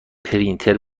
پرینتر